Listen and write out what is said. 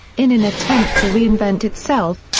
in an attempt to reinvent itself,